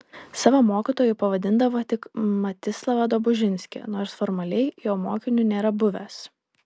savo mokytoju pavadindavo tik mstislavą dobužinskį nors formaliai jo mokiniu nėra buvęs